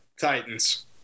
Titans